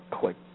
click